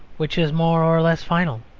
which is more or less final.